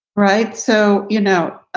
right. so, you know,